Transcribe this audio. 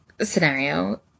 scenario